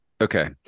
Okay